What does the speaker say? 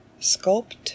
sculpt